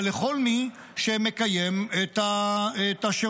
אבל לכל מי שמקיים את השירות.